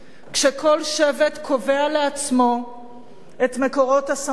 שבה כל שבט קובע לעצמו את מקורות הסמכות,